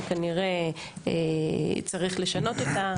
שכנראה צריך לשנות אותה,